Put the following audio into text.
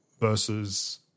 versus